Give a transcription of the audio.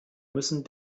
müssen